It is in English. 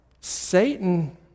Satan